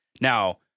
Now